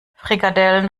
frikadellen